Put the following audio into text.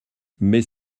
mais